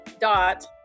dot